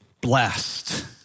blessed